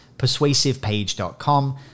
persuasivepage.com